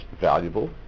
valuable